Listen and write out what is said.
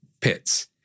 pits